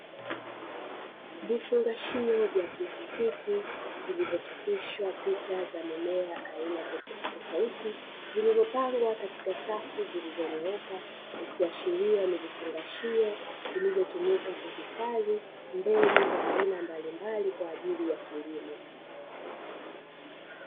Vifungashio vya plastiki, vilivyochapishwa picha za mimea aina tofautitifauti, vilivyopangwa katika safu zilizonyooka. Ikiashiria ni vifungashio vilivyotumika kuhifadhi mbegu za aina mbalimbali kwa ajili ya kilimo.